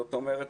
זאת אומרת,